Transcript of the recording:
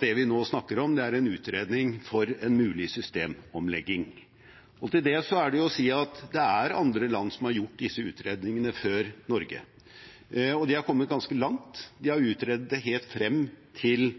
Det vi nå snakker om, er en utredning for en mulig systemomlegging. Til det er å si at det er andre land som har gjort disse utredningene før Norge. De er kommet ganske langt, de har utredet det helt frem til